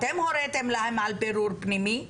אתם הוריתם להם על בירור פנימי,